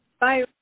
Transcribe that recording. Bye